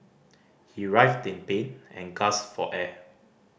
he writhed in pain and gasped for air